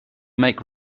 make